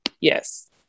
Yes